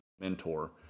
mentor